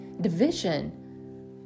division